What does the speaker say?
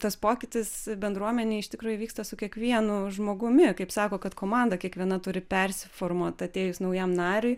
tas pokytis bendruomenėj iš tikro įvyksta su kiekvienu žmogumi kaip sako kad komanda kiekviena turi persiformuot atėjus naujam nariui